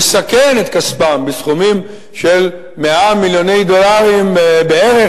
לסכן את כספן בסכומים של 100 מיליוני דולרים בערך,